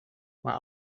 maar